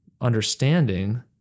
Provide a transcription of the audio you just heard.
understanding